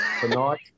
tonight